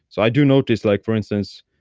so i do notice like for instance,